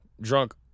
drunk